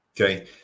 okay